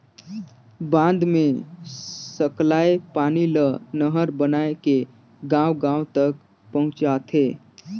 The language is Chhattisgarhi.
बांध मे सकलाए पानी ल नहर बनाए के गांव गांव तक पहुंचाथें